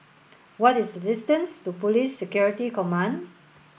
what is the distance to Police Security Command